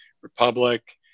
Republic